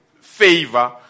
favor